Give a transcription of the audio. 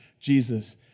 Jesus